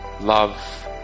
love